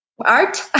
art